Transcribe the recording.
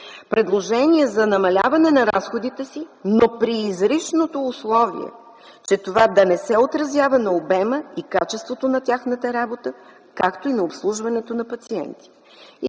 предложения за намаляване на разходите си, но при изричното условие това да не се отразява на обема и качеството на тяхната работа, както и на обслужването на пациенти.